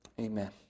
Amen